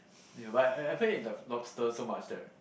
yea but I I have ate the lobsters so much that